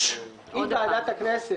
אם ועדת הכנסת